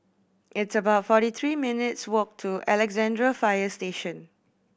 it's about forty three minutes' walk to Alexandra Fire Station